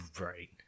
Right